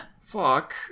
Fuck